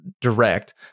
direct